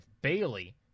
Bailey